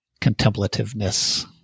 contemplativeness